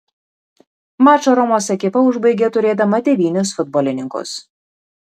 mačą romos ekipa užbaigė turėdama devynis futbolininkus